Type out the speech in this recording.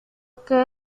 que